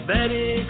Betty